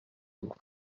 donc